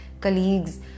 colleagues